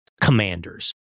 Commanders